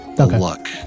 Luck